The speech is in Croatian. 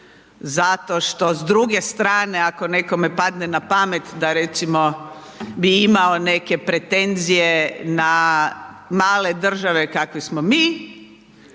zato što s druge strane ako nekome padne na pamet da recimo bi imao neke pretenzije na male države kakve smo mi,